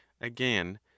again